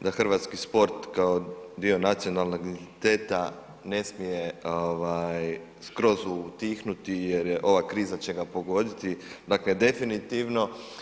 da hrvatski sport kao dio nacionalnog identiteta ne smije ovaj skroz utihnuti jer ova kriza će ga pogoditi, dakle definitivno.